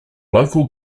local